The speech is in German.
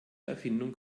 erfindung